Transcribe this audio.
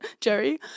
Jerry